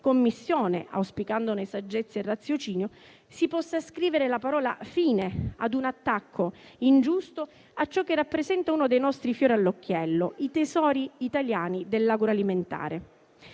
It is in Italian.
Commissione e auspicandone saggezza e raziocinio, si possa scrivere la parola fine ad un attacco ingiusto a ciò che rappresenta uno dei nostri fiori all'occhiello, cioè i tesori italiani dell'agroalimentare.